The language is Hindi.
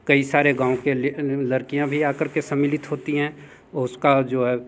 कई सारे गाँव की लड़कियाँ भी आ कर के सम्मिलित होती हैं उसका जो है